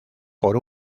por